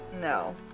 no